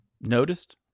noticed